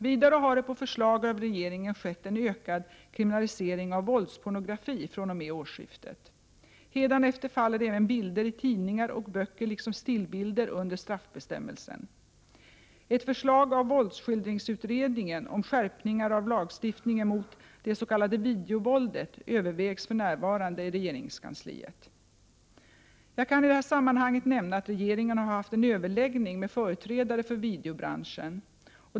Vidare har det på förslag av regeringen skett en ökad kriminalisering av våldspornografi fr.o.m. årsskiftet. Hädanefter faller även bilder i tidningar och böcker liksom stillbilder under straffbestämmelsen. Ett förslag av våldskildringsutredningen om skärpningar av lagstiftningen mot det s.k. videovåldet övervägs för närvarande i regeringskansliet. Jag kan i detta sammanhang nämna att regeringen har haft en överläggning med företrädare för videobranschen.